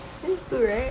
it's two right